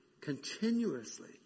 continuously